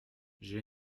j’ai